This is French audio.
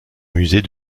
musée